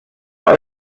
als